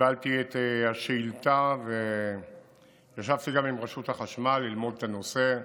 קיבלתי את השאילתה וגם ישבתי עם רשות החשמל ללמוד את הנושא,